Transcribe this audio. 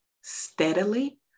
steadily